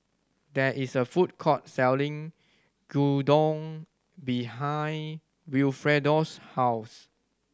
there is a food court selling Gyudon behind Wilfredo's house